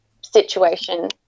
situation